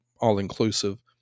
all-inclusive